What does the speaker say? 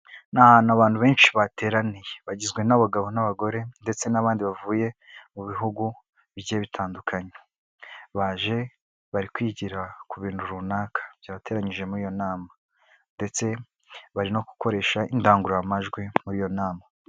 Ni ahantu abantu benshi bateraniye bagizwe n'abagabo n'abagore ndetse n'abandi bavuye mu bihugu bigiye bitandukanye, baje bari kwigira ku bintu runaka byateranyije muri iyo nama ndetse bari no gukoresha indangururamajwi muri iyo nama.